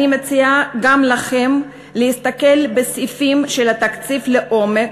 אני מציעה גם לכם להסתכל בסעיפים של התקציב לעומק,